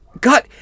God